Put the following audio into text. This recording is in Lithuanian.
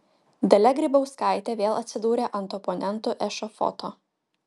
dalia grybauskaitė vėl atsidūrė ant oponentų ešafoto